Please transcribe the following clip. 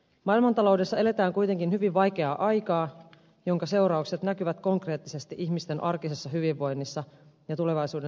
maailmantaloudessa eletään kuitenkin hyvin vaikeaa aikaa jonka seuraukset näkyvät konkreettisesti ihmisten arkisessa hyvinvoinnissa ja tulevaisuuden suunnittelussa